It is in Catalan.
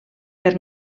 per